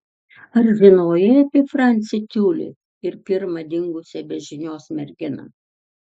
ar žinojai apie francį tiulį ir pirmą dingusią be žinios merginą